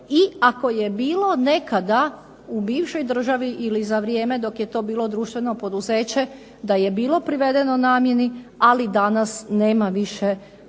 i ako je bilo nekada u bivšoj državi ili za vrijeme dok je to bilo društveno poduzeće da je bilo privedeno namjeni ali danas nema više ni